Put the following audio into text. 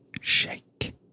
shake